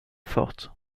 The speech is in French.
forte